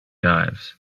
dives